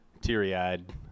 teary-eyed